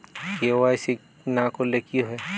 KYC না করলে কি হয়?